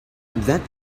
that